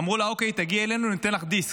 אמרו לה: אוקי, תגיעי אלינו, ניתן לך דיסק.